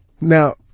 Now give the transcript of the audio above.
Now